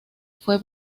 fue